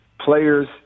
players